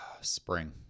spring